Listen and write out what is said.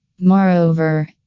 Moreover